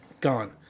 Gone